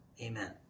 amen